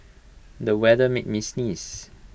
the weather made me sneeze